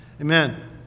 Amen